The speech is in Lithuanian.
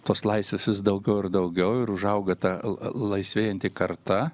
tos laisvės vis daugiau ir daugiau ir užauga ta laisvėjanti karta